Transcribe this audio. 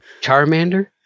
Charmander